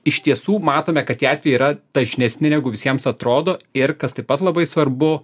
iš tiesų matome kad tie atvejai yra dažnesni negu visiems atrodo ir kas taip pat labai svarbu